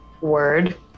Word